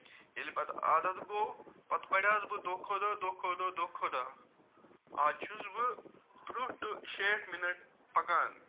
ییٚلہِ پَتہٕ عادت گوٚو پَتہٕ بَڑیوس بہٕ دۄہ کھۄ دۄہ دۄہ کھۄ دۄہ دۄہ کھۄ دۄہ آز چھُس بہٕ ترٕہ ٹُہ شیٹھ مِنَٹ پَکان